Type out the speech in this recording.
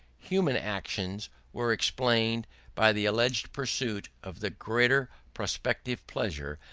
human actions were explained by the alleged pursuit of the greater prospective pleasure,